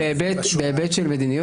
בהיבט של מדיניות,